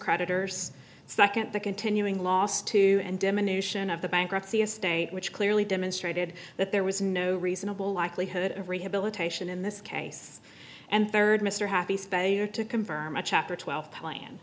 creditors second the continuing loss to and diminution of the bankruptcy estate which clearly demonstrated that there was no reasonable likelihood of rehabilitation in this case and third mr happy to confirm a chapter twelve plan